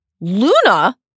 Luna